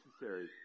necessary